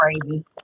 crazy